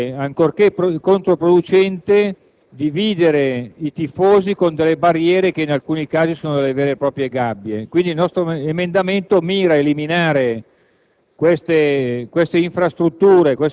ritiene inutile, ancorché controproducente, dividere i tifosi con delle barriere che, in alcuni casi, sono delle vere e proprie gabbie. Il nostro emendamento mira ad eliminare